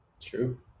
True